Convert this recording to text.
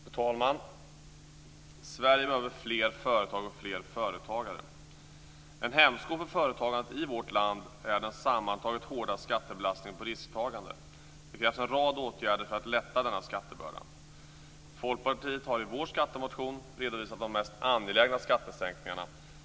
Fru talman! Sverige behöver fler företag och fler företagare. En hämsko för företagandet i vårt land är den sammantaget hårda skattebelastningen på risktagande. Det finns en rad åtgärder att vidta för att lätta denna skattebörda. Vi i Folkpartiet har i vår skattemotion redovisat de mest angelägna skattesänkningarna.